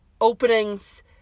openings